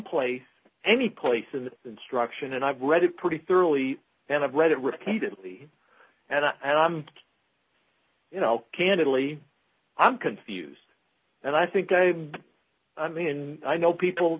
play any place in the instruction and i've read it pretty thoroughly and i've read it repeatedly and i don't you know candidly i'm confused and i think i i mean i know people